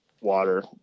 water